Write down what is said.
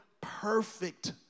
perfect